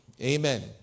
Amen